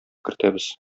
кертәбез